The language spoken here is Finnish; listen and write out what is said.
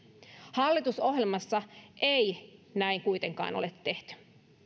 hallitusohjelmassa ei näin kuitenkaan ole tehty